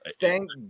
Thank